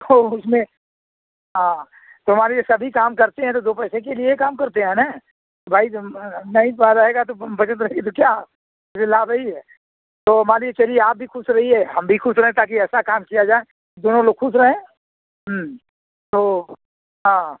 तो उसमें हाँ तो हमारे लिए सभी काम करते हैं तो दो पैसे के लिए काम करते हैं ना तो भाई जब नहीं पा रहेगा तो बचत रहेगी तो क्या ये लाभ ही है तो मान लीजिए चलिए आप भी खुश रहिए हम भी खुश रहें ताकि ऐसा काम किया जाए कि दोनों लोग खुश रहें तो हाँ